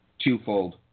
twofold